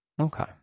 Okay